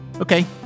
Okay